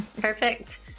Perfect